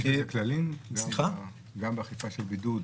יש כללים באכיפה של בידוד?